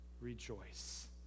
rejoice